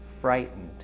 frightened